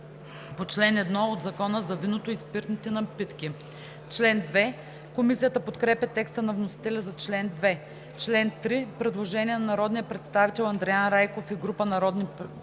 по чл. 1 от Закона за виното и спиртните напитки.“ Комисията подкрепя текста на вносителя за чл. 2. По чл. 3 има предложение на народния представител Андриан Райков и група народни представители.